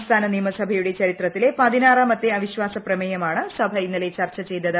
സംസ്ഥാന നിയമസഭയുടെ ചരിത്രിത്തിലെ പതിനാറാമത്തെ അവിശ്വാസ പ്രമേയമാണ് സഭ ഇന്നലെ ചർച്ച് ചെയ്തത്